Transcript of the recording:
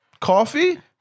coffee